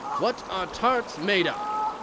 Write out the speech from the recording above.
what are tarts made of?